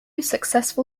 successful